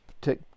take